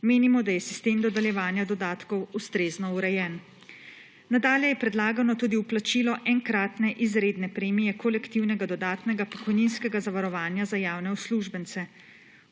Menimo, da je sistem dodeljevanja dodatkov ustrezno urejen. Nadalje je predlagano tudi vplačilo enkratne izredne premije kolektivnega dodatnega pokojninskega zavarovanja za javne uslužbence.